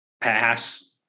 Pass